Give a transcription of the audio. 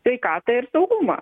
sveikatą ir saugumą